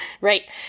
right